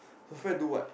do what